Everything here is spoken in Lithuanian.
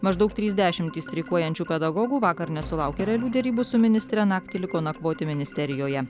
maždaug trys dešimtys streikuojančių pedagogų vakar nesulaukė realių derybų su ministre naktį liko nakvoti ministerijoje